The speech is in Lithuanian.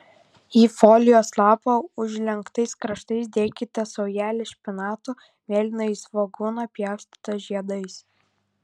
į folijos lapą užlenktais kraštais dėkite saujelę špinatų mėlynąjį svogūną pjaustytą žiedais